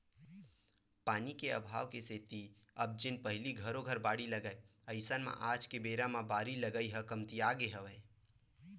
पानी के अभाव के सेती अब जेन पहिली घरो घर बाड़ी लगाय अइसन म आज के बेरा म बारी लगई ह कमतियागे हवय